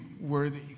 worthy